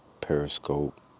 Periscope